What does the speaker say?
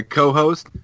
co-host